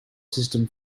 system